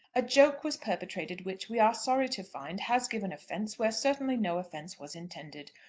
a joke was perpetrated which, we are sorry to find, has given offence where certainly no offence was intended.